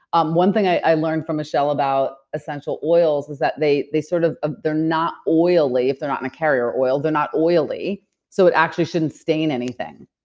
um one thing i learned from michele about essential oils is that they they sort of. ah they're not oily if they're not in a carrier oil, they're not oily so, it actually shouldn't stain anything.